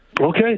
Okay